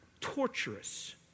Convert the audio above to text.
torturous